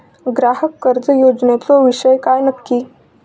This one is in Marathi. ग्राहक कर्ज योजनेचो विषय काय नक्की?